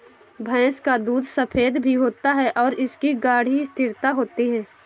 भैंस का दूध सफेद भी होता है और इसकी गाढ़ी स्थिरता होती है